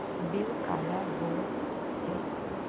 Bill काला बोल थे?